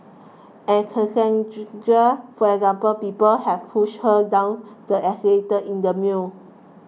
and Cassandra for example people have pushed her down the escalator in the mall